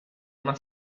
una